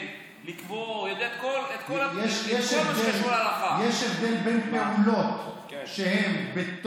מה לזה ולחיוכים של מנסור עבאס כאן, אם לא עקרון